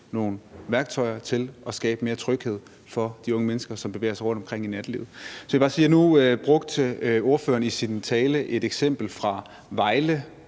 nogle værktøjer til at skabe mere tryghed for de unge mennesker, som bevæger sig rundt i nattelivet. Nu brugte ordføreren i sin tale et eksempel fra Vejle